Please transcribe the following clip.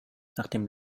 nachdem